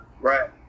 Right